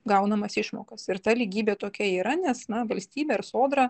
gaunamas išmokas ir ta lygybė tokia yra nes na valstybė ir sodra